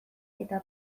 eta